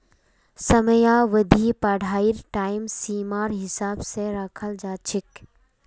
समयावधि पढ़ाईर टाइम सीमार हिसाब स रखाल जा छेक